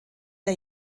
der